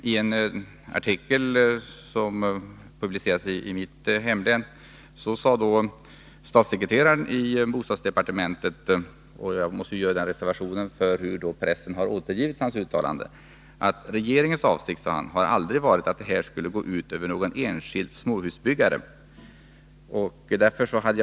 I en artikel som publicerades i en tidning i mitt hemlän — GT den 13 mars 1983 — sade statssekreteraren i bostadsdepartementet: ”Regeringens avsikt har aldrig varit att det här skulle gå ut över någon enskild småhusbyggare.” Jag reserverar mig för hur pressen har återgivit hans uttalande.